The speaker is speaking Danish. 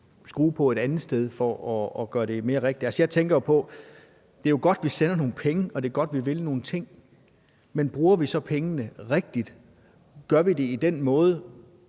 skrue på et andet sted for at gøre det mere rigtigt. Jeg tænker jo på, at det er godt, at vi sender nogle penge, og det er godt, at vi vil nogle ting. Men bruger vi så pengene rigtigt, og gør vi det på den